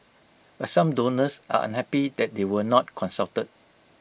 but some donors are unhappy that they were not consulted